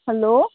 hello